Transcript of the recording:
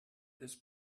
des